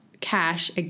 cash